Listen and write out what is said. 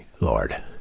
Lord